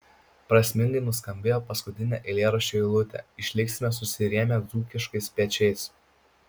prasmingai nuskambėjo paskutinė eilėraščio eilutė išliksime susirėmę dzūkiškais pečiais